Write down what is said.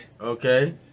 Okay